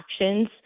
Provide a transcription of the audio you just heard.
actions